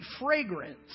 fragrance